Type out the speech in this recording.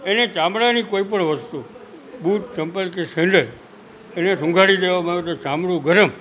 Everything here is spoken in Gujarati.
એને ચામડાની કોઈપણ વસ્તુ બુટ ચંપલ કે સેન્ડલ એને સુંઘાડી દેવામાં આવે તો ચામડું ગરમ